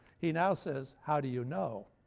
he now says, how do you know?